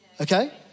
okay